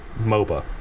moba